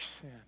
sin